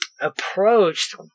approached